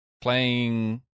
playing